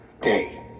day